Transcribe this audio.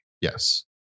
Yes